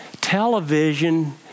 television